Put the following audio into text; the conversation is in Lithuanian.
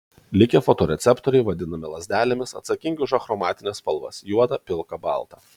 likę fotoreceptoriai vadinami lazdelėmis atsakingi už achromatines spalvas juodą pilką baltą